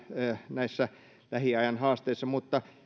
näissä lähiajan haasteissa mutta